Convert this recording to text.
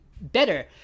better